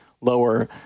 lower